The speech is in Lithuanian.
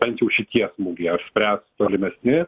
bent jau šitie smūgiai ar spręs tolimesni